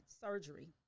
Surgery